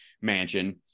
mansion